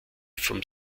vom